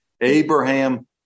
Abraham